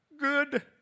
good